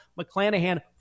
McClanahan